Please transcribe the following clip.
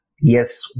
Yes